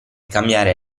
cambiare